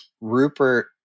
Rupert